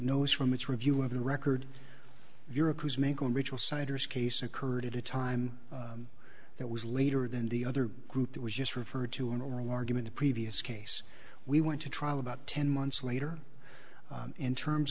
s from its review of the record of europe who's making a ritual siders case occurred at a time that was later than the other group that was just referred to in oral argument the previous case we went to trial about ten months later in terms